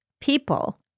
people